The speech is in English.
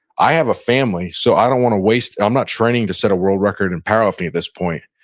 i have a family, so i don't wanna waste, i'm not training to set a world record in powerlifting at this point.